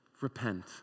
repent